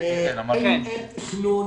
אין תכנון,